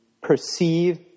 perceive